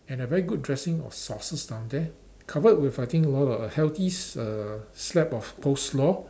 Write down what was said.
and a very good dressing of sauces down there covered with I think a lot a healthy err slab of coleslaw